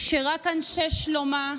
שרק אנשי שלומה,